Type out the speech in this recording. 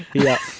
yeah.